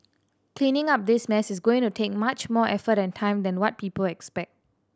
cleaning up this mess is going to take much more effort and time than what people expect